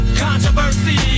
controversy